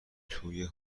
توی